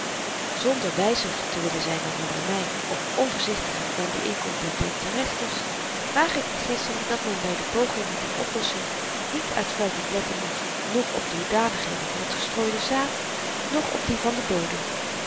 zonder wyzer te willen zyn dan n romein of onvoorzichtiger dan die inkompetente rechters waag ik de gissing dat men by de pogingen ter oplossing niet uitsluitend letten moet noch op de hoedanigheden van t gestrooide zaad noch op die van den bodem